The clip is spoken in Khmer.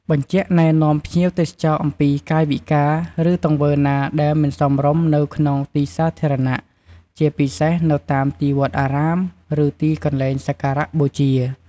បញ្ជាក់ណែនាំភ្ញៀវទេសចរអំពីកាយវិការ ឬទង្វើណាដែលមិនសមរម្យនៅក្នុងទីសាធារណៈ ជាពិសេសនៅតាមទីវត្តអារាម ឬទីកន្លែងសក្ការៈបូជា។